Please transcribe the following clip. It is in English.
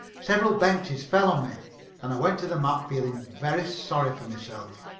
several benches fell on me and i went to the mat feeling very sorry for myself.